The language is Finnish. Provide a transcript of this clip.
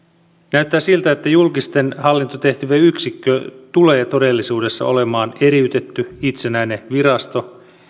näyttää siltä että julkisten hallintotehtävien yksikkö tulee todellisuudessa olemaan eriytetty itsenäinen virasto